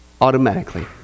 automatically